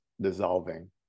dissolving